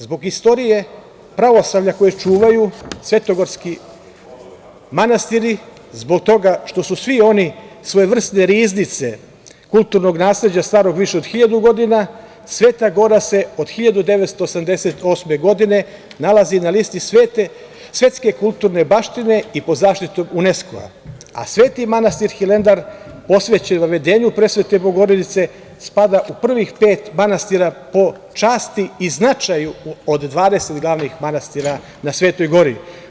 Zbog istorije pravoslavlja koje čuvaju svetogorski manastiri, zbog toga što su svi oni svojevrsne riznice kulturnog nasleđa starog više od 1000 godina, Sveta Gora se od 1988. godine nalazi na Listi svetske kulturne baštine i pod zaštitom UNESKO-a, a Sveti manastir Hilandar posvećen Vavedenju Presvete Bogorodice spada u prvih pet manastira po časti i značaju od 20 glavnih manastira na Svetoj Gori.